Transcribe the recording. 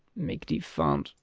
make the font,